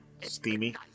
steamy